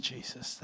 Jesus